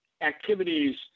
activities